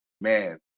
man